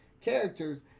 characters